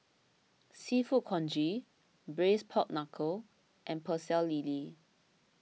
Seafood Congee Braised Pork Knuckle and Pecel Lele